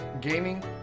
gaming